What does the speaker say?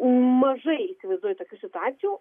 mažai įsivaizduoju tokių situacijų